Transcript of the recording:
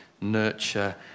nurture